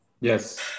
Yes